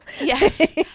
Yes